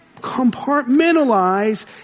compartmentalize